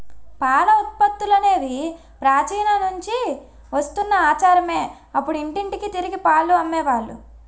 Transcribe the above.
పాల ఉత్పత్తులనేవి ప్రాచీన నుంచి వస్తున్న ఆచారమే అప్పుడు ఇంటింటికి తిరిగి పాలు అమ్మే వాళ్ళు